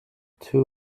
two